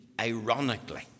ironically